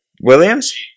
Williams